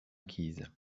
acquise